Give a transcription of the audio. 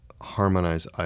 harmonize